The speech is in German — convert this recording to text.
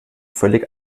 völlig